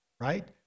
right